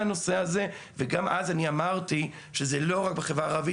הנושא הזה וגם אז אני אמרתי שזה לא רק בחברה הערבית.